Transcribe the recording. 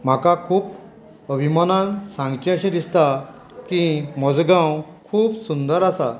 म्हाका खूब अभिमानान सांगचेशे दिसता की म्हजो गांव खूब सुंदर आसा